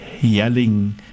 yelling